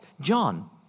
John